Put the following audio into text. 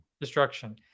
Destruction